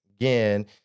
again